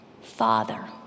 Father